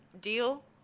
deal